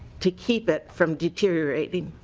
to keep it from deteriorating